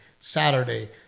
Saturday